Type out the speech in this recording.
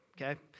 okay